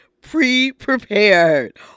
pre-prepared